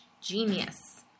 genius